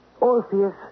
Orpheus